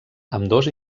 ambdós